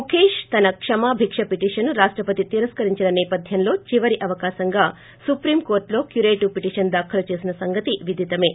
ముఖేశ్ తన క్షమాబిక్ష పిటీషన్ను రాష్టపతి తిరస్కరించిన నేపథ్యంలో చివరి అవకాశంగా సుప్రీం కోర్టులో క్యురేటివ్ పిటీషన్ దాఖలు చేసిన సంగతి విధితమే